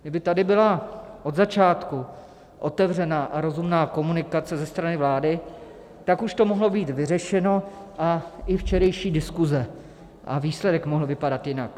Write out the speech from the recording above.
Kdyby tady byla od začátku otevřená a rozumná komunikace ze strany vlády, už to mohlo být vyřešeno a i včerejší diskuse a výsledek mohl vypadat jinak.